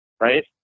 right